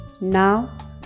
Now